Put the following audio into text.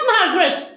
Margaret